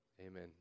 Amen